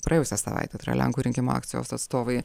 praėjusią savaitę tai yra lenkų rinkimų akcijos atstovai